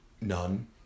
None